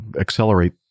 accelerate